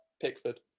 Pickford